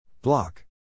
Block